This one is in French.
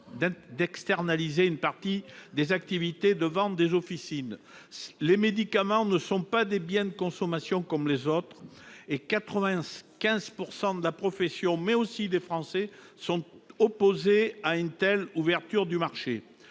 d'externaliser une partie des activités de vente des officines. Les médicaments ne sont pas des biens de consommation comme les autres ; 95 % de la profession et des Français sont opposés à une telle ouverture du marché.